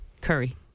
curry